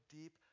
deep